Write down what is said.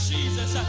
Jesus